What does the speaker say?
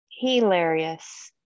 Hilarious